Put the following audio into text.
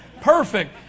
Perfect